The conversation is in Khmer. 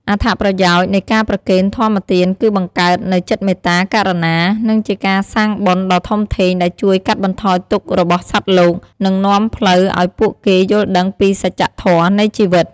អត្ថប្រយោជន៍ នៃការប្រគេនធម្មទានគឺបង្កើតនូវចិត្តមេត្តា ករុណា និងជាការសាងបុណ្យដ៏ធំធេងដែលជួយកាត់បន្ថយទុក្ខរបស់សត្វលោក និងនាំផ្លូវឲ្យពួកគេយល់ដឹងពីសច្ចធម៌នៃជីវិត។